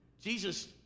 Jesus